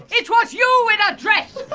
it was you in a dress!